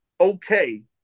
okay